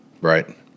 Right